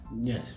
yes